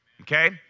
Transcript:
Okay